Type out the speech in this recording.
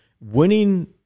winning